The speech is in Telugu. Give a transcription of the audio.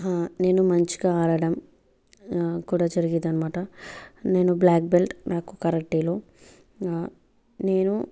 నేను మంచిగా ఆడడం కూడా జరిగేదనమాట నేను బ్లాక్ బెల్ట్ నాకు కరాటేలో నేను